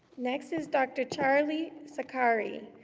next is dr. charlie sakari.